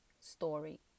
story